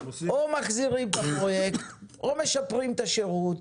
או מחזירים את הפרויקט או משפרים את השירות,